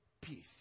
peace